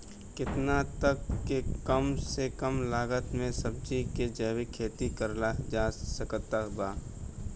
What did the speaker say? केतना तक के कम से कम लागत मे सब्जी के जैविक खेती करल जा सकत बा?